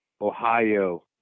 Ohio